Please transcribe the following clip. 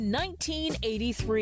1983